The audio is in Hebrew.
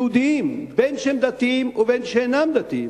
יהודים, בין דתיים ובין שאינם דתיים,